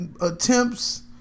attempts